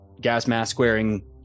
gas-mask-wearing